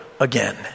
again